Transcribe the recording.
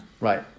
Right